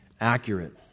accurate